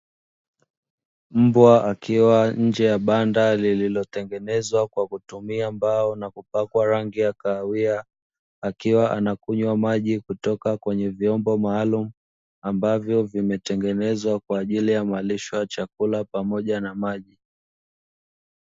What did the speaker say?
Mbwa akiwa nje ya banda lililotengenezwa kwa kutumia mbao na kupakwa rangi ya kahawia, akiwa anakunywa maji kutoka kwenye vyombo maalumu, ambavyo vimetengenezwa kwa ajili ya mallisho ya chakula pamoja na maji.